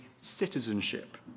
citizenship